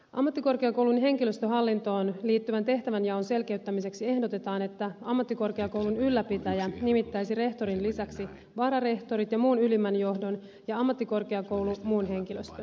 ammattikorkeakoulun henkilöstöhallintoon liittyvän tehtävänjaon selkeyttämiseksi ehdotetaan että ammattikorkeakoulun ylläpitäjä nimittäisi rehtorin lisäksi vararehtorit ja muun ylimmän johdon ja ammattikorkeakoulu muun henkilöstön